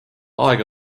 aega